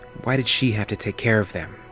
why did she have to take care of them?